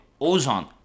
ozone